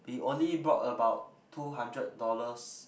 we only brought about two hundred dollars